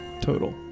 total